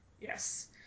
Yes